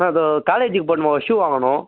ஆ தோ காலேஜிக்கு போட்டுனு போக ஷூ வாங்கணும்